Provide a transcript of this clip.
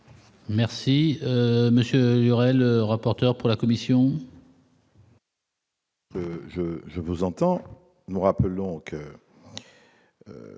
Merci Monsieur Hurel, rapporteur pour la commission. Je je vous entends, nous rappelons que